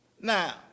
Now